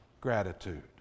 gratitude